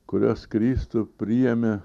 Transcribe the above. kurios kristų priėmė